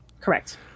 Correct